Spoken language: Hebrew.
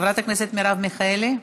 חברת הכנסת מרב מיכאלי.